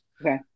Okay